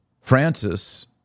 Francis